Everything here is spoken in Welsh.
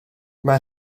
mae